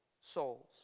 souls